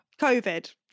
COVID